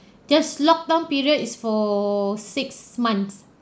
just locked down period is for six months